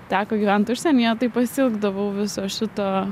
teko gyvent užsienyje tai pasiilgdavau viso šito